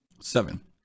Seven